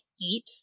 eat